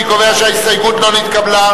אני קובע שההסתייגות לא נתקבלה.